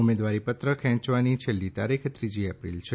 ઉમેદવારી પરત ખેંચવાની છેલ્લી તારીખ ત્રીજી એપ્રિલ છે